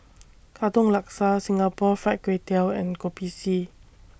Katong Laksa Singapore Fried Kway Tiao and Kopi C